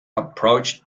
approach